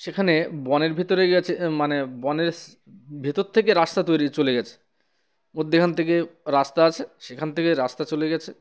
সেখানে বনের ভেতরে গেছে মানে বনের ভেতর থেকে রাস্তা তৈরি চলে গেছে মধ্যে এখান থেকে রাস্তা আছে সেখান থেকেই রাস্তা চলে গেছে